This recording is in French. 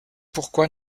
pourquoi